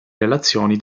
relazioni